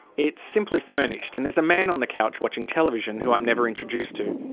it's simply furnished, and there's a man on the couch watching television who i'm never introduced to.